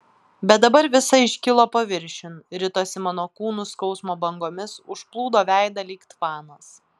bet dabar visa iškilo paviršiun ritosi mano kūnu skausmo bangomis užplūdo veidą lyg tvanas